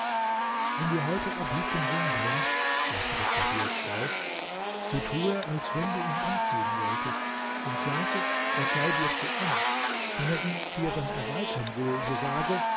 wenn dir heute abid den ring bringt sagte des barbiers frau so tue als wenn du ihn anziehen wolltest und sagte er sei dir zu eng wenn er ihn dir dann erweitern will so sage